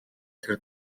тэр